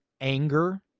anger